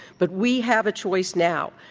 but we have a choice now.